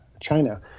China